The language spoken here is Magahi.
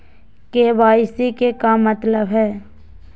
के.वाई.सी के का मतलब हई?